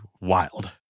wild